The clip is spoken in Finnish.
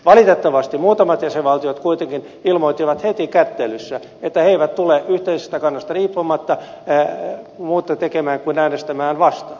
valitettavasti muutamat jäsenvaltiot kuitenkin ilmoittivat heti kättelyssä että ne eivät tule yhteisestä kannasta riippumatta muuta tekemään kuin äänestämään vastaan